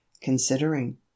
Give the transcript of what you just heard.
considering